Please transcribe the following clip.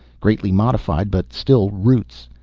greatly modified, but still roots.